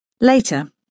Later